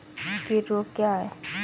कीट रोग क्या है?